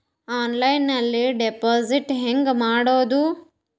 ಆನ್ಲೈನ್ನಲ್ಲಿ ಡೆಪಾಜಿಟ್ ಹೆಂಗ್ ಮಾಡುದು?